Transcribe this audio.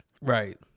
Right